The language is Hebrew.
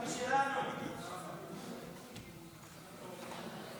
ולדימיר, אתה צריך לשבת פה.